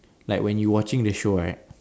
like when you watching the show right